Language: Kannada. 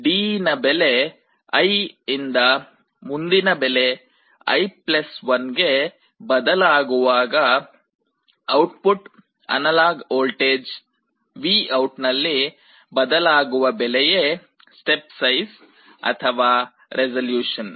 D ನ ಬೆಲೆ i ಇಂದ ಮುಂದಿನ ಬೆಲೆ i1 ಗೆ ಬದಲಾಗುವಾಗ ಔಟ್ಪುಟ್ ಅನಲಾಗ್ ವೋಲ್ಟೇಜ್ VOUT ನಲ್ಲಿ ಬದಲಾಗುವ ಬೆಲೆವೇ ಸ್ಟೆಪ್ ಸೈಜ್ ಅಥವಾ ರೆಸೊಲ್ಯೂಷನ್